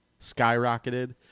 skyrocketed